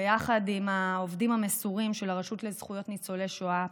ביחד עם העובדים המסורים של הרשות לזכויות ניצולי שואה,